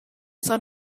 sun